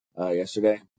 yesterday